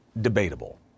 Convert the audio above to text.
debatable